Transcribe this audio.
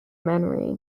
memory